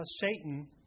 Satan